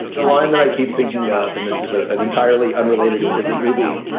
the line that i keep thinking of and this is ah an entirely unrelated and different movie.